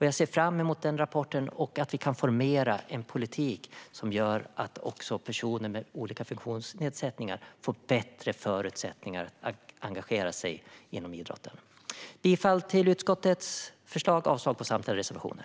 Jag ser fram emot deras rapport och att vi kan formera en politik som gör så att också personer med olika funktionsnedsättningar får bättre förutsättningar att engagera sig i idrotten. Jag yrkar bifall till utskottets förslag och avslag på samtliga reservationer.